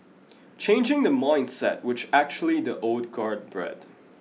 changing the mindset which actually the old guard bred